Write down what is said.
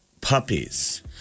puppies